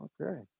Okay